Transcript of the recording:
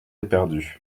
éperdus